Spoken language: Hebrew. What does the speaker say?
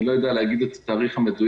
אני לא יודע להגיד את התאריך המדויק.